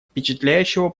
впечатляющего